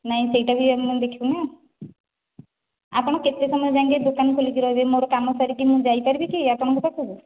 ନାଇଁ ସେଇଟା ବି ଆମେ ଦେଖିବୁ ନା ଆପଣ କେତେ ସମୟ ଯାଏଁକେ ଦୋକାନ ଖୋଲିକି ରହିବେ ମୋର କାମ ସାରିକି ମୁଁ ଯାଇପାରିବି କି ଆପଣଙ୍କ ପାଖକୁ